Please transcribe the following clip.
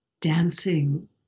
dancing